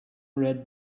red